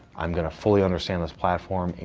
i'm going to fully understand this platform. and